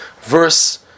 verse